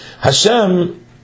Hashem